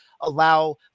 allow